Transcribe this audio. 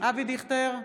אבי דיכטר,